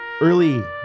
early